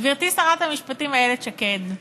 גברתי שרת המשפטים, איילת שקד,